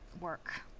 work